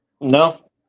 no